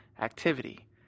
activity